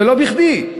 ולא בכדי.